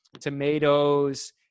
tomatoes